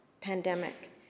pandemic